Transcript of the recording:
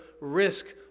risk